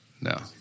No